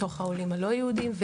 מתוך העולים הלא יהודים.